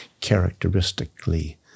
characteristically